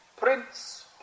Prince